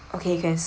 okay you can